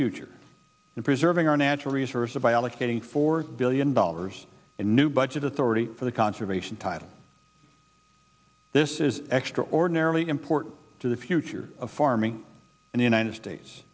future in preserving our natural resources by allocating four billion dollars in new budget authority for the conservation title this is extraordinarily important to the future of farming in the united states